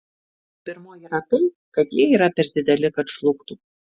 pirmoji yra tai kad jie yra per dideli kad žlugtų